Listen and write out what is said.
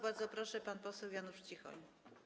Bardzo proszę, pan poseł Janusz Cichoń.